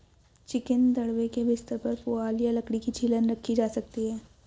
chicken दड़बे के बिस्तर पर पुआल या लकड़ी की छीलन रखी जा सकती है